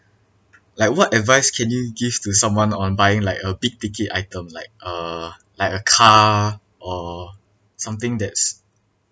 like what advice can you give to someone on buying like a big ticket item like uh like a car or something that's